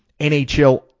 nhl